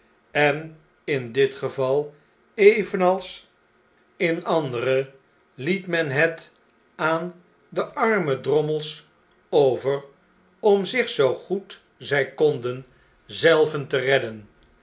en in dit geval evenals in andere liet men het aan de arme drommels over om zich zoo goed zg konden zelven te redden